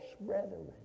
brethren